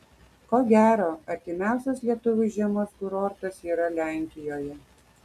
ko gero artimiausias lietuviui žiemos kurortas yra lenkijoje